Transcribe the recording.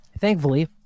thankfully